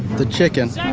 the chicken.